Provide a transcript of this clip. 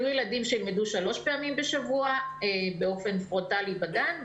יהיו ילדים שילמדו שלוש פעמים בשבוע באופן פרונטאלי בגן,